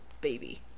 baby